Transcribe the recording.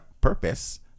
purpose